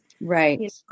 Right